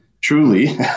truly